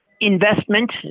investment